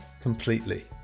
completely